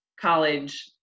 college